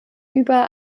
über